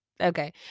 Okay